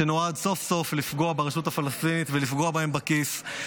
שנועד סוף-סוף לפגוע ברשות הפלסטינית ולפגוע בהם בכיס,